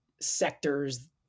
sectors